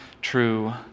true